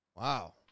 Wow